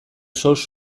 sous